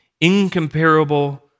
incomparable